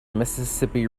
mississippi